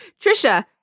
Trisha